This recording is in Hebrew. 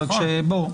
אבל, בואו.